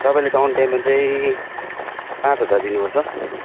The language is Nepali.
तपाईँले डाउन पेमेन्ट चाहिँ पाँच हजार दिनुपर्छ